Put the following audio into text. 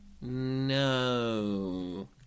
no